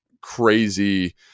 crazy